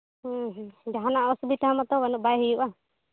ᱡᱟᱦᱟᱱᱟᱜ ᱚᱥᱩᱵᱤᱫᱷᱟ ᱢᱟᱛᱚ ᱵᱟᱭ ᱦᱩᱭᱩᱜᱼᱟ